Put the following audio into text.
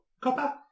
copper